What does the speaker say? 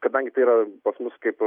kadangi tai yra pas mus kaip